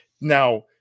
Now